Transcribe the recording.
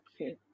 Okay